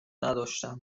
نداشتم